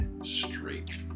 straight